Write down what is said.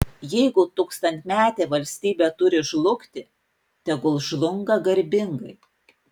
jeigu tūkstantmetė valstybė turi žlugti tegul žlunga garbingai